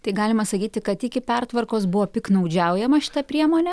tai galima sakyti kad iki pertvarkos buvo piktnaudžiaujama šita priemone